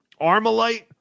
Armalite